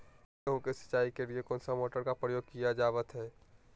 गेहूं के सिंचाई के लिए कौन सा मोटर का प्रयोग किया जावत है?